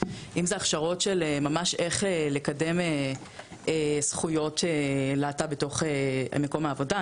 אם זה הכשרות של ממש איך לקדם זכויות להט"ב בתוך מקום העבודה.